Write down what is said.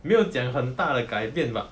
没有讲很大的改变 but